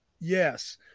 Yes